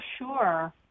sure